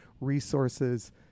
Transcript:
resources